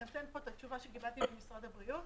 אני נותנת פה את התשובה שקיבלתי ממשרד הבריאות.